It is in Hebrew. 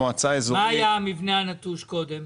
מה היה המבנה הנטוש קודם?